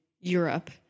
Europe